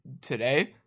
today